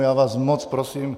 Já vás moc prosím.